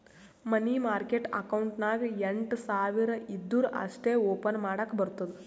ಮನಿ market account ನಾಗ್ ಎಂಟ್ ಸಾವಿರ್ ಇದ್ದೂರ ಅಷ್ಟೇ ಓಪನ್ ಮಾಡಕ್ ಬರ್ತುದ